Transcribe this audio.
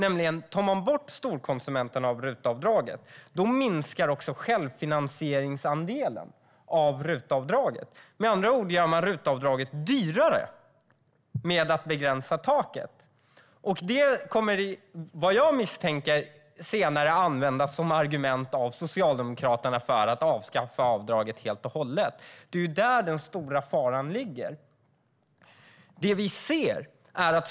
Tar man bort storkonsumenterna minskar också självfinansieringsandelen. Med andra ord gör man RUT-avdraget dyrare genom att sänka taket. Jag misstänker att detta senare av Socialdemokraterna kommer att användas som argument för att avskaffa avdraget helt och hållet. Det är där den stora faran ligger.